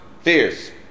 fierce